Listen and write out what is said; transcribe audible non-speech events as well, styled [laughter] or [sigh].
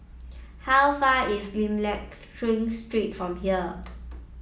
how far is Lim Liak [unintelligible] Street from here